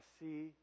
see